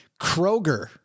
Kroger